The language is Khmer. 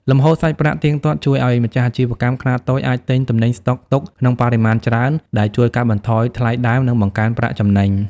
លំហូរសាច់ប្រាក់ទៀងទាត់ជួយឱ្យម្ចាស់អាជីវកម្មខ្នាតតូចអាចទិញទំនិញស្ដុកទុកក្នុងបរិមាណច្រើន ដែលជួយកាត់បន្ថយថ្លៃដើម និងបង្កើនប្រាក់ចំណេញ។